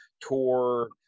tour